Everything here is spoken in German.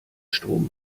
strom